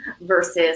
versus